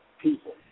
people